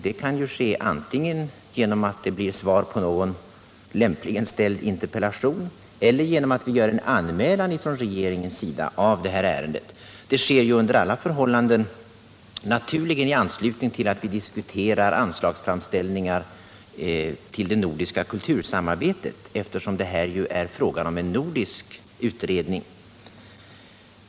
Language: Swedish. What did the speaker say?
Det kan ske antingen genom svar på någon interpellation eller genom en anmälan från regeringen av detta ärende. Det sker ju under alla förhållanden naturligen i anslutning till att vi diskuterar anslagsframställningar till det nordiska kultursamarbetet, eftersom det ju här är fråga om en nordisk utredning.